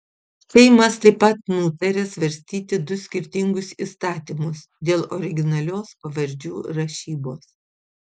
seimas taip pat nutarė svarstyti du skirtingus įstatymus dėl originalios pavardžių rašybos